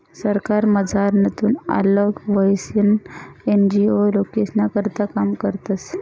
सरकारमझारथून आल्लग व्हयीसन एन.जी.ओ लोकेस्ना करता काम करतस